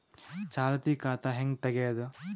ಚಾಲತಿ ಖಾತಾ ಹೆಂಗ್ ತಗೆಯದು?